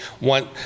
want